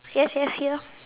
yes yes here